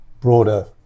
broader